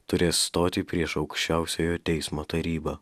turės stoti prieš aukščiausiojo teismo tarybą